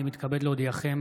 אני מתכבד להודיעכם,